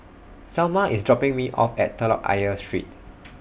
Salma IS dropping Me off At Telok Ayer Street